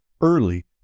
early